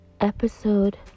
Episode